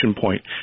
point